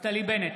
נפתלי בנט,